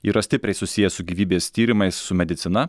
yra stipriai susiję su gyvybės tyrimais su medicina